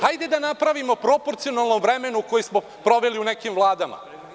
Hajde da napravimo proporcionalno vremenu koje smo proveli u nekim vladama.